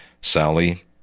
Sally